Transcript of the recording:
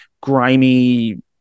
grimy